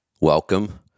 Welcome